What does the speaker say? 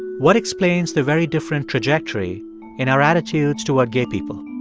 what explains the very different trajectory in our attitudes toward gay people?